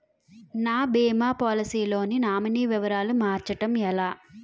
నా భీమా పోలసీ లో నామినీ వివరాలు మార్చటం ఎలా?